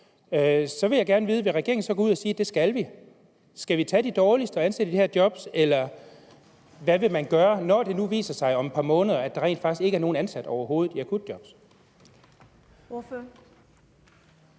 Så vil jeg gerne vide, om regeringen så vil gå ud og sige, at det skal vi. Skal vi tage de dårligste og ansætte i de her job? Eller hvad vil man gøre, når det nu viser sig om et par måneder, at der rent faktisk overhovedet ikke er nogen, der er ansat i akutjob?